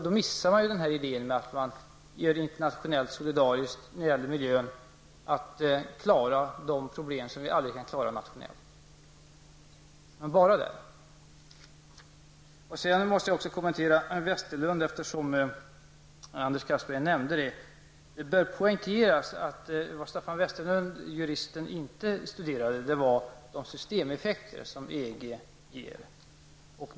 Då missar man idén med att man på miljöns område genom internatinella och solidariska åtgärder kan klara problem som inte går att klara av på det nationella planet. Jag måste också kommentara vad Anders Castberger sade om Staffan Westerlund. Det bör poängteras att juristen Staffan Westerlund inte har studerat de systemeffekter som EG ger upphov till.